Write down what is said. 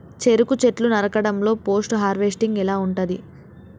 చెరుకు చెట్లు నరకడం లో పోస్ట్ హార్వెస్టింగ్ ఎలా ఉంటది?